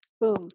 boom